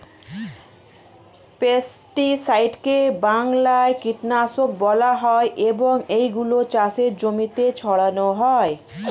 পেস্টিসাইডকে বাংলায় কীটনাশক বলা হয় এবং এগুলো চাষের জমিতে ছড়ানো হয়